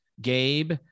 gabe